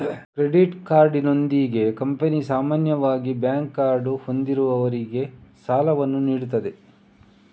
credit ಕಾರ್ಡಿನೊಂದಿಗೆ company ಸಾಮಾನ್ಯವಾಗಿ bank card ಹೊಂದಿರುವವರಿಗೆ ಸಾಲವನ್ನು ನೀಡುತ್ತದೆ